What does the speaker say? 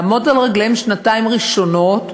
לעמוד על רגליהם בשנתיים הראשונות.